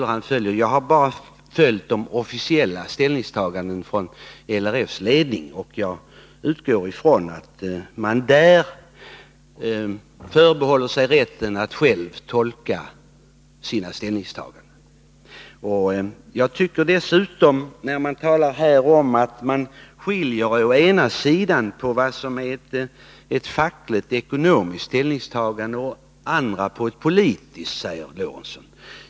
För min del har jag bara hållit mig till LRF-ledningens officiella ställningstaganden och utgått ifrån att LRF:s ledning förbehållit sig rätten att själv bestämma. Sven Eric Lorentzon sade att man har skilt mellan ett fackligt-ekonomiskt ställningstagande och ett politiskt.